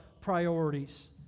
priorities